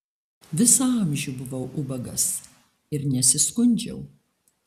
visą amžių buvau ubagas ir nesiskundžiau